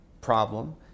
problem